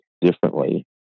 differently